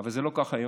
אבל זה לא כך היום.